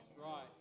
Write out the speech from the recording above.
Right